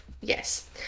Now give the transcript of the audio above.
Yes